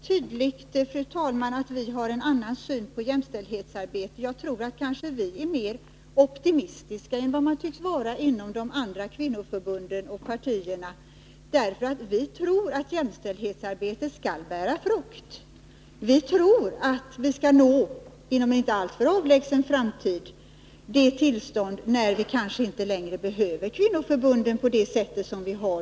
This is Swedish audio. Fru talman! Det är tydligt att vi har en annan syn på jämställdhetsarbetet. Jag tror att vi är mer optimistiska än vad man tycks vara inom de andra kvinnoförbunden och partierna. Vi tror nämligen att jämställdhetsarbetet skall bära frukt. Vi tror att vi inom en inte alltför avlägsen framtid skall uppnå det tillståndet då vi inte längre behöver kvinnoförbunden.